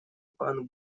пан